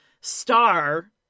star